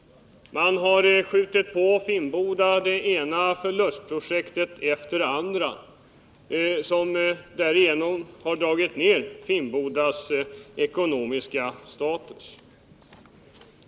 Man har till Finnboda fört över det ena förlustprojektet efter det andra, vilket har dragit ned Finnbodas ekonomiska status.